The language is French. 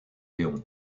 léon